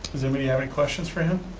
does anybody have any questions for him?